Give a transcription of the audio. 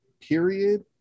Period